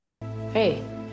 Hey